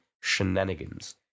shenanigans